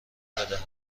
بدهد